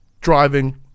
driving